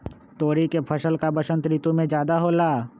तोरी के फसल का बसंत ऋतु में ज्यादा होला?